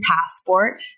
passport